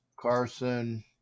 Carson